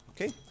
Okay